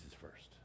first